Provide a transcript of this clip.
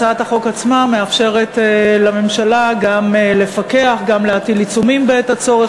הצעת החוק עצמה מאפשרת לממשלה גם לפקח וגם להטיל עיצומים בעת הצורך,